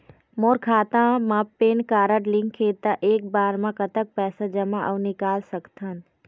मोर खाता मा pan card link हे ता एक बार मा कतक पैसा जमा अऊ निकाल सकथन?